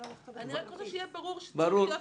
אני רק רוצה שיהיה ברור שזה צריך להיות